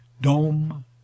Dome